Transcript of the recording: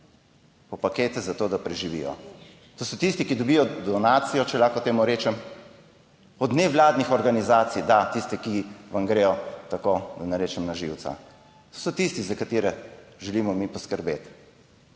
po pakete, zato da preživijo. To so tisti, ki dobijo donacijo, če lahko temu tako rečem, od nevladnih organizacij, da, tistih, ki vam gredo tako, da ne rečem, na živce. To so tisti, za katere želimo mi poskrbeti.